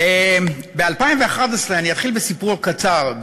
אני אתחיל בסיפור קצר.